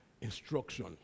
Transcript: Instruction